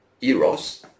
eros